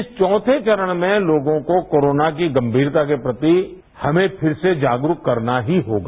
इस चौथे चरण में लोगों को कोरोना की गंगीरता के प्रति हमें फ़िर से जागरूक करना ही होगा